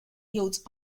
yields